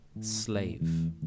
Slave